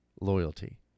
loyalty